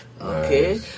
Okay